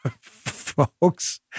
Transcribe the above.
folks